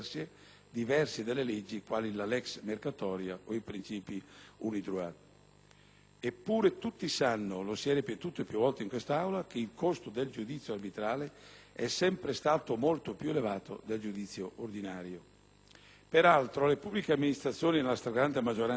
Eppure, tutti sanno e lo si è ripetuto più volte in questa Aula che il costo del giudizio arbitrale è sempre stato molto più elevato del giudizio ordinario. Peraltro, le pubbliche amministrazioni, nella stragrande maggioranza dei casi, sono sempre risultate soccombenti nella quasi totalità dei giudizi arbitrali,